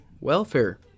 welfare